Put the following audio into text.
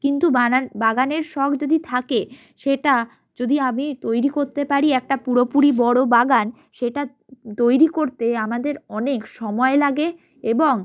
কিন্তু বাগানের শখ যদি থাকে সেটা যদি আমি তৈরি করতে পারি একটা পুরোপুরি বড়ো বাগান সেটা তৈরি করতেই আমাদের অনেক সময় লাগে এবং